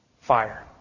fire